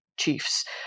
chiefs